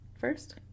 first